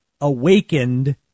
awakened